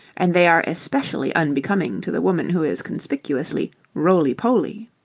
and they are especially unbecoming to the woman who is conspicuously roly-poly.